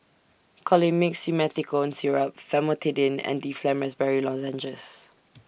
Colimix Simethicone Syrup Famotidine and Difflam Raspberry Lozenges